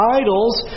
idols